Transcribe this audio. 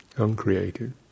Uncreated